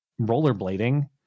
rollerblading